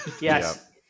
Yes